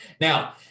Now